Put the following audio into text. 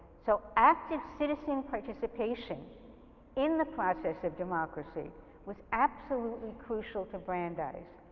so active citizen participation in the process of democracy was absolutely crucial to brandeis.